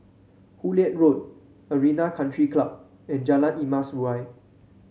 Hullet Road Arena Country Club and Jalan Emas Urai